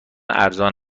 ارزان